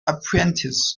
apprentice